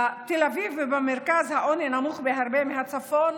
בתל אביב ובמרכז העוני נמוך בהרבה מהעוני בצפון,